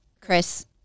Chris